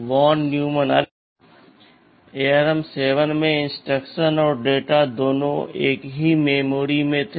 ARM 7 में instruction और data दोनों एक ही मेमोरी में थे